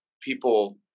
people